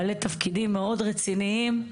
בעלי תפקידים מאוד רציניים,